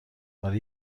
برای